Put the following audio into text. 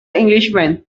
englishman